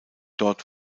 dort